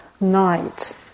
night